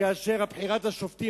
כאשר בחירת השופטים,